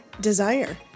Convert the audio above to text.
desire